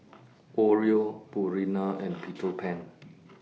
Oreo Purina and Peter Pan